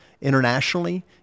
internationally